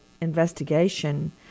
investigation